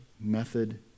method